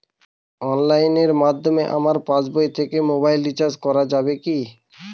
অনলাইনের মাধ্যমে আমার পাসবই থেকে মোবাইল রিচার্জ করা যাবে কি?